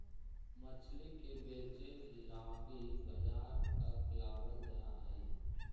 मछली के बेचे लागी बजार तक लाबल जा हई